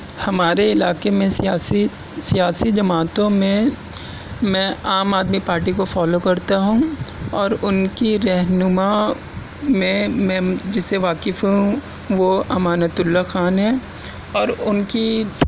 ہمارے علاقے میں سیاسی سیاسی جماعتوں میں میں عام آدمی پارٹی کو فالو کرتا ہوں اور ان کی رہنما میں میں جس سے واقف ہوں وہ امانت اللہ خان ہیں اور ان کی